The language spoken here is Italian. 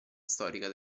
storica